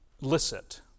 licit